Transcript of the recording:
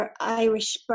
Irish